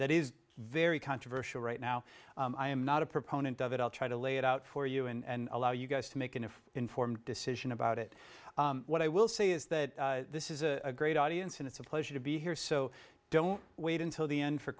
that is very controversial right now i am not a proponent of it i'll try to lay it out for you and allow you guys to make an informed decision about it what i will say is that this is a great audience and it's a pleasure to be here so don't wait until the end for